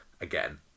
again